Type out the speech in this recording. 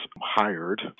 hired